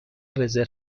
رزرو